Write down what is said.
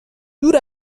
دور